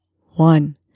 one